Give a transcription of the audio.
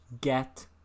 get